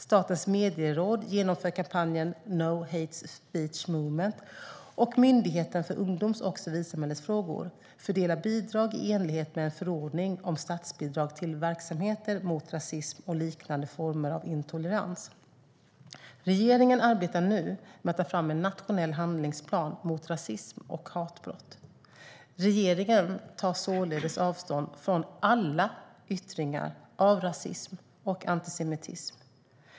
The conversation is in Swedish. Statens medieråd genomför kampanjen No Hate Speech Movement, och Myndigheten för ungdoms och civilsamhällesfrågor fördelar bidrag i enlighet med en förordning om statsbidrag till verksamheter mot rasism och liknande former av intolerans. Regeringen arbetar nu med att ta fram en nationell handlingsplan mot rasism och hatbrott. Regeringen tar således avstånd från alla yttringar av rasism och antisemitism.